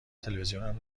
تلویزیونم